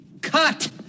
Cut